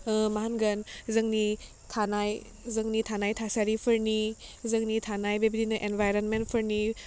मा होनगोन जोंनि थानाय जोंनि थानाय थासारिफोरनि जोंनि थानाय बेबायदिनो एनभाइरेनमेन्टफोरनि